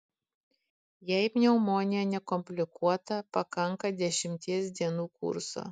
jei pneumonija nekomplikuota pakanka dešimties dienų kurso